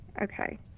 okay